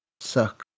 suck